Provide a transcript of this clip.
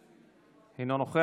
אינו נוכח,